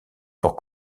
pour